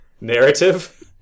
Narrative